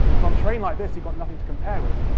but on terrain like this, you've got nothing to compare with.